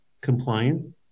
compliant